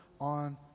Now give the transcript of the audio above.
on